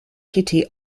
kitty